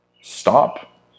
stop